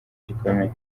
gikomeye